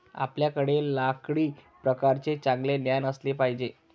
आपल्याकडे लाकडी प्रकारांचे चांगले ज्ञान असले पाहिजे